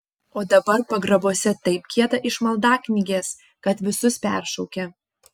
o dabar pagrabuose taip gieda iš maldaknygės kad visus peršaukia